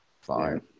fine